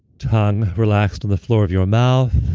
tongue relaxed on the floor of your mouth.